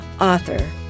author